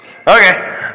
Okay